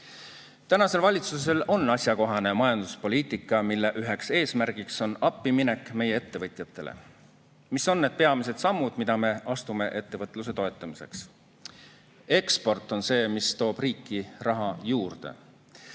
Tänasel valitsusel on asjakohane majanduspoliitika, mille üheks eesmärgiks on appiminek meie ettevõtjatele. Mis on need peamised sammud, mida me astume ettevõtluse toetamiseks? Eksport on see, mis toob riiki raha juurde.